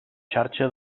xarxa